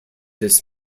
this